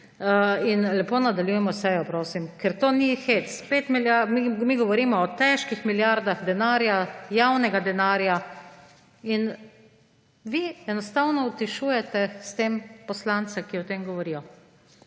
In lepo nadaljujemo sejo, prosim, ker to ni hec. Mi govorimo o težkih milijardah denarja, javnega denarja. In vi enostavno utišujete s tem poslance, ki o tem govorijo.